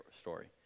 story